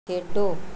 ਖੇਡੋ